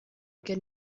gen